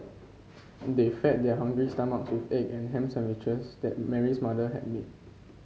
they fed their hungry stomachs with egg and ham sandwiches that Mary's mother had made